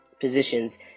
positions